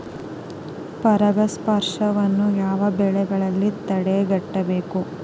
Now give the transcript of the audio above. ಪರಾಗಸ್ಪರ್ಶವನ್ನು ಯಾವ ಬೆಳೆಗಳಲ್ಲಿ ತಡೆಗಟ್ಟಬೇಕು?